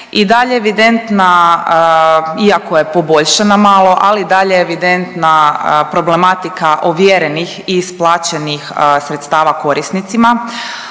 i dalje je evidentna, iako je poboljšana malo, ali i dalje je evidentna problematika ovjerenih i isplaćenih sredstava korisnicima,